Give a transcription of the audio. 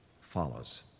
follows